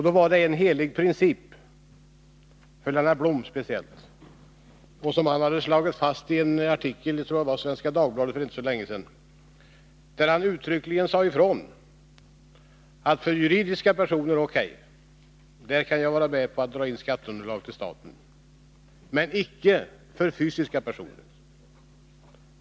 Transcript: Det var en helig princip, speciellt för Lennart Blom, som hade slagit fast detta i en artikel i Svenska Dagbladet för inte så länge sedan. Där sade han uttryckligen att han beträffande juridiska personer kunde gå med på att dra in skatteunderlag till staten men inte för fysiska personer.